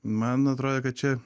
man atrodė kad čia